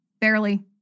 Barely